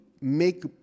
make